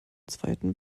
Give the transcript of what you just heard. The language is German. zweiten